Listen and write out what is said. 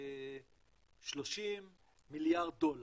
30 מיליארד דולר,